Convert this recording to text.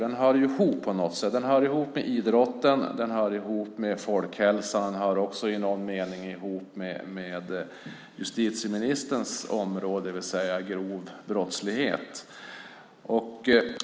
Den hör ihop med idrotten och med folkhälsan. Den hör också i någon mening ihop med justitieministerns område, det vill säga grov brottslighet.